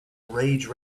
rage